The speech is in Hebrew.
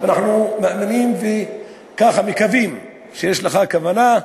אנחנו מאמינים ומקווים שיש לך כוונה,